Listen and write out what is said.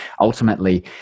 ultimately